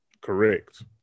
correct